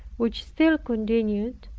which still continued,